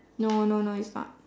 no no no it's not